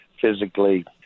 physically